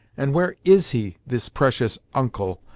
and where is he this precious uncle?